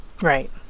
right